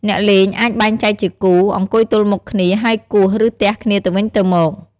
អ្នកលេងអាចបែងចែកជាគូ អង្គុយទល់មុខគ្នាហើយគោះ ឬទះគ្នាទៅវិញទៅមក។